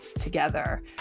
together